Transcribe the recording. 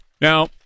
Now